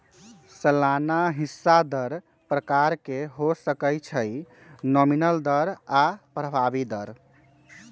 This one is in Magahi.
सलाना हिस्सा दर प्रकार के हो सकइ छइ नॉमिनल दर आऽ प्रभावी दर